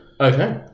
Okay